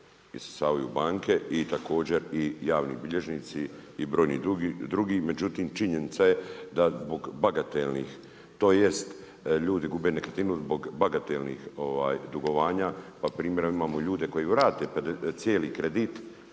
isisavaju banke i također i javni bilježnici i brojni drugi. Međutim, činjenica je da zbog bagatelnih tj. ljudi gube nekretninu zbog bagatelnih dugovanja pa primjer imamo ljude koji vrate cijeli kredit,